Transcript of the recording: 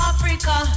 Africa